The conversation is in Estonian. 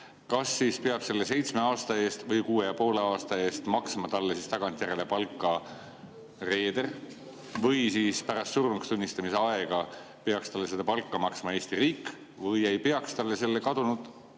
peab selle seitsme aasta eest või kuue ja poole aasta eest maksma talle tagantjärele palka reeder? Või siis pärast surnuks tunnistamise aega peaks talle seda palka maksma Eesti riik? Või ei peaks talle selle kadunud